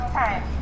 time